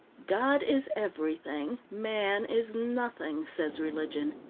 god is everything, man is nothing, says religion.